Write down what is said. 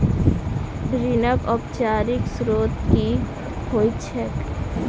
ऋणक औपचारिक स्त्रोत की होइत छैक?